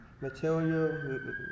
material